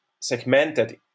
segmented